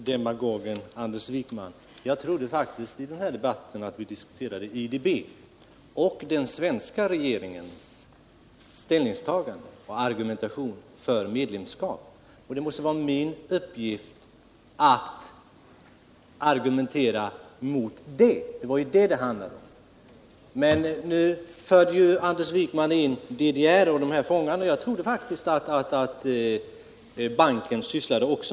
Herr talman! Jag trodde faktiskt, demagogen Anders Wijkman, att vii den här debatten diskuterade IDB och den svenska regeringens argumentation för medlemskap. Det måste i den debatten vara min uppgift att argumentera emot medlemskapet och regeringen. Det var det saken handlade om.